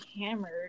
hammered